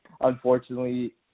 unfortunately